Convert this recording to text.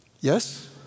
yes